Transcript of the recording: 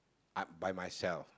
uh by myself